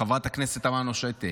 חברת הכנסת תמנו שטה